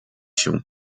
się